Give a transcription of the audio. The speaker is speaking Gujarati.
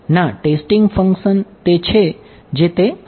ના ટેસ્ટિંગ ફંક્સન તે છે જે તે હતા